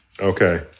Okay